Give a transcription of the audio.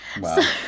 Wow